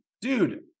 dude